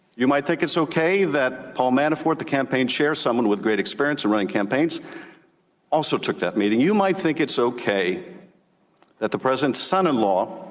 you might think it's okay that paul manafort, the campaign chair, someone with great experience in running campaigns also took that meeting. you might think it's okay that the president's son-in-law